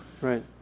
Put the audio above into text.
Right